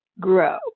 grow